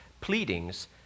pleadings